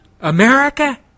America